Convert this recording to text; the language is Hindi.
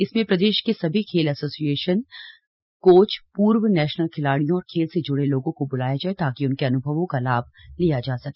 इसमें प्रदेश के सभी खेल एसोसिएशन कोच पूर्व नेशनल खिलाड़ियों और खेल से जुड़े लोगों को ब्लाया जाए ताकि उनके अन्भवों का लाभ लिया जा सके